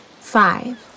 five